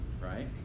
right